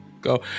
go